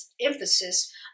emphasis